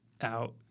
out